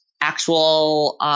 actual